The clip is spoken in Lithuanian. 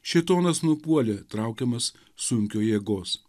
šėtonas nupuolė traukiamas sunkio jėgos